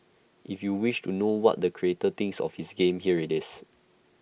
if you wish to know what the creator thinks of his game here IT is